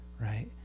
right